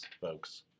folks